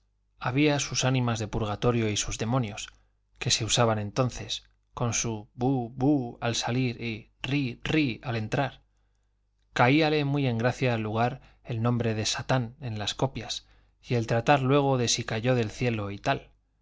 había sus ánimas de purgatorio y sus demonios que se usaban entonces con su bu bu al salir y rri rri al entrar caíale muy en gracia al lugar el nombre de satán en las copias y el tratar luego de si cayó del cielo y tal